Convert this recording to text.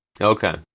Okay